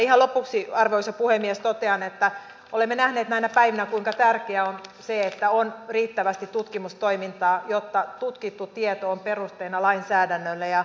ihan lopuksi arvoisa puhemies totean että olemme nähneet näinä päivinä kuinka tärkeää on se että on riittävästi tutkimustoimintaa jotta tutkittu tieto on perusteena lainsäädännölle